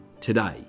today